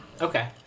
Okay